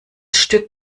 stück